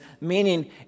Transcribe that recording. meaning